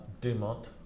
Dumont